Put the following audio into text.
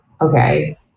okay